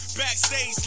backstage